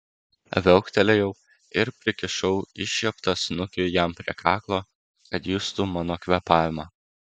viauktelėjau ir prikišau iššieptą snukį jam prie kaklo kad justų mano kvėpavimą